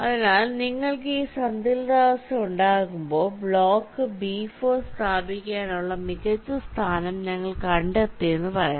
അതിനാൽ നിങ്ങൾക്ക് ഈ സന്തുലിതാവസ്ഥ ഉണ്ടാകുമ്പോൾ ബ്ലോക്ക് ബി 4 സ്ഥാപിക്കാനുള്ള മികച്ച സ്ഥാനം ഞങ്ങൾ കണ്ടെത്തിയെന്ന് പറയാം